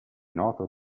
noto